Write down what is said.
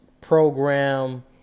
program